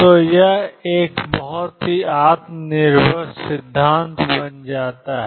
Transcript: तो यह एक बहुत ही आत्मनिर्भर सिद्धांत बन जाता है